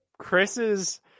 Chris's